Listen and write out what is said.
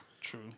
True